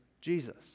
Jesus